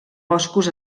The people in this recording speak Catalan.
boscos